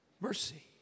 mercy